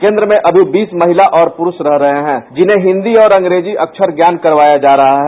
केन्द्र में अभी बीस महिला और पुरूष रह रहे हैं जिन्हें हिन्दी और अंग्रेजी अक्षर ज्ञान करवाया जा रहा है